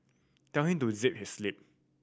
tell him to zip his lip